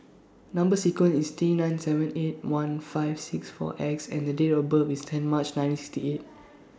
Number sequence IS T nine seven eight one five six four X and Date of birth IS ten March nineteen sixty eight